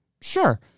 Sure